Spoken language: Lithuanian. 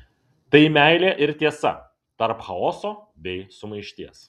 tai meilė ir tiesa tarp chaoso bei sumaišties